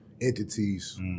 entities